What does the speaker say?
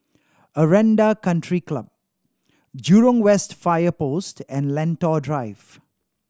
Aranda Country Club Jurong West Fire Post and Lentor Drive